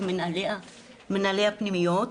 מנהלי הפנימיות.